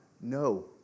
No